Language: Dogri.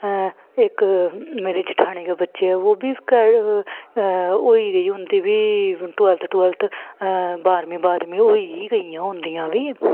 इक मेरे जठानी दे बच्चे ऐ ओह् बी होई गेई उंदी बी टवैल्थ टवैल्थ बाह्रमीं बाह्रमीं होई गेइयां होंदियां बी